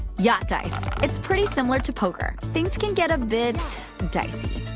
yacht dice. it's pretty similar to poker. things can get a bit dicey.